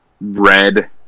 red